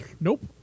nope